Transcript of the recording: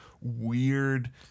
weird